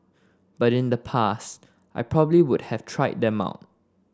but in the past I probably would have tried them out